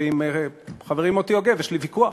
עם חברי מוטי יוגב יש לי ויכוח.